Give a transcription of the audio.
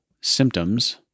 symptoms